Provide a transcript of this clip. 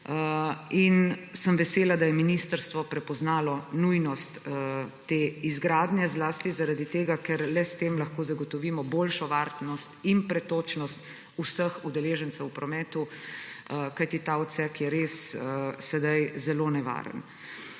in sem vesela, da je ministrstvo prepoznalo nujnost te izgradnje, zlasti zaradi tega, ker le s tem lahko zagotovimo boljšo varnost in pretočnost vseh udeležencev v prometu, kajti ta odsek je sedaj res zelo nevaren.